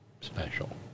special